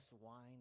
wine